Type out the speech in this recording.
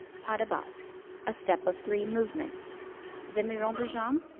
pas de basque a step of three movements demi rond de jambe,